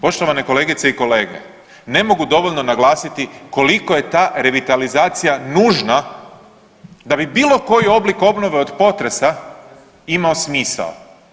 Poštovane kolegice i kolege, ne mogu dovoljno naglasiti koliko je ta revitalizacija nužna da bi bilo koji oblik obnove od potresa imao smisao.